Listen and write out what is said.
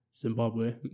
Zimbabwe